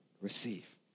receive